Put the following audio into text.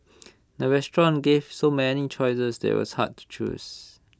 the restaurant gave so many choices that IT was hard to choose